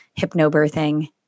hypnobirthing